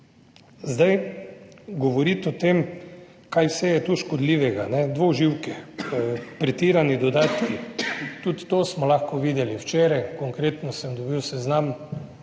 Zdaj govoriti o tem kaj vse je tu škodljivega, dvoživke, pretirani dodatki, tudi to smo lahko videli včeraj. konkretno sem dobil seznam